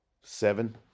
seven